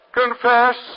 confess